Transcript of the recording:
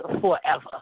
forever